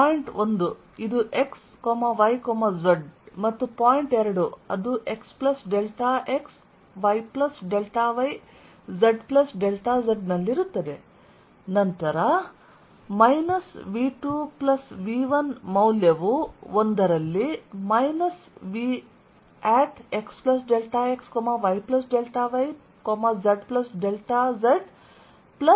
point 1 ಇದು x y z ಮತ್ತು point 2 ಅದು x plus delta x y plus ಡೆಲ್ಟಾy z ಪ್ಲಸ್ ಡೆಲ್ಟಾzನಲ್ಲಿರುತ್ತದೆ